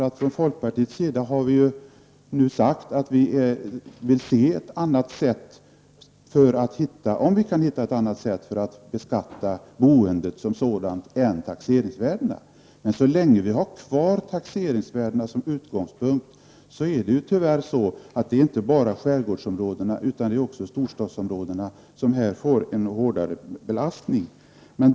Vi i folkpartiet har sagt att vi vill se om vi kan hitta ett annat sätt att beskatta boendet som sådant än efter taxeringsvärdena. Men så länge vi har kvar taxeringsvärdena som utgångspunkt är det tyvärr inte bara skärgårdsområdena, utan även storstadsområdena, som får en hårdare belastning.